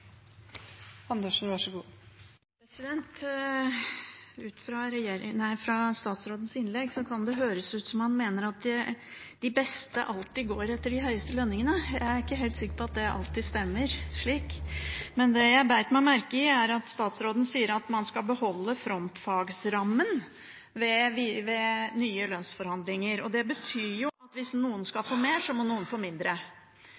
høres ut som han mener at de beste alltid går etter de høyeste lønningene. Jeg er ikke helt sikker på at det alltid stemmer. Det jeg bet meg merke i, er at statsråden sier at man skal beholde frontfagsrammen ved nye lønnsforhandlinger. Det betyr jo at hvis noen skal få mer, må noen få mindre.